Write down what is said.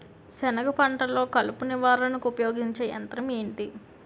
సెనగ పంటలో కలుపు నివారణకు ఉపయోగించే యంత్రం ఏంటి?